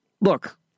look